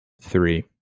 Three